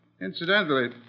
Incidentally